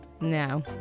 No